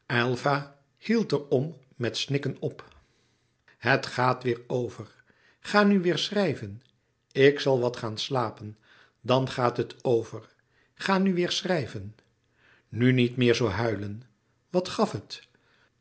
hield er om met snikken op het gaat weêr over ga nu weêr schrijven ik zal wat gaan slapen dan gaat het over ga nu weêr schrijven nu niet meer zoo huilen wat gaf het